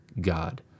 god